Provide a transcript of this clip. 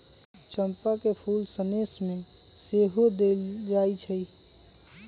चंपा के फूल सनेश में सेहो देल जाइ छइ